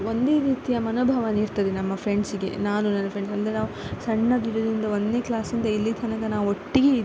ಒಂದೇ ರೀತಿಯ ಮನೋಭಾವನೆ ಇರ್ತದೆ ನಮ್ಮ ಫ್ರೆಂಡ್ಸಿಗೆ ನಾನು ನನ್ನ ಫ್ರೆಂಡ್ ಅಂದರೆ ನಾವು ಸಣ್ಣದಿರುವುದ್ರಿಂದ ಒಂದನೇ ಕ್ಲಾಸ್ಯಿಂದ ಇಲ್ಲಿ ತನಕ ನಾವು ಒಟ್ಟಿಗೆ